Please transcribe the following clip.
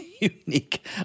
unique